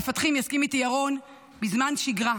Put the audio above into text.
את החוסן מפתחים, יסכים איתי ירון, בזמן שגרה,